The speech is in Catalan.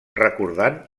recordant